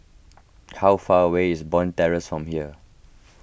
how far away is Bond Terrace from here